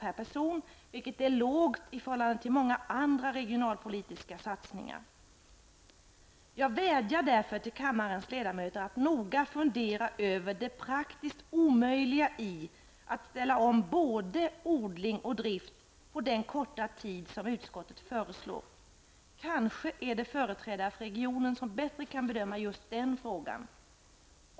per person, vilket är lågt i förhållande till många andra regionalpolitiska satsningar. Jag vädjar därför till kammarens ledamöter att noga fundera över det praktiskt omöjliga i att ställa om både odling och drift på den korta tid som utskottet föreslår. Kanske kan företrädare för regionen bättre bedöma just den frågan.